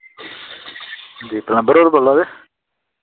जी plumber होर बोल्ला दे